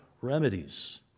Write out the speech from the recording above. remedies